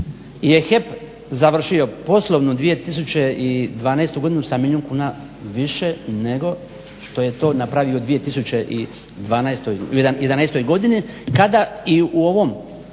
je HEP završio poslovnu 2012. godinu sa milijun kuna više nego što je to napravio 2011. godine kada i u ovom